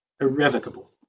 irrevocable